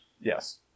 Yes